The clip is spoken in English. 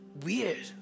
weird